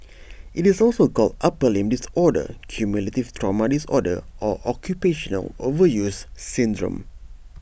IT is also called upper limb disorder cumulative trauma disorder or occupational overuse syndrome